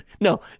No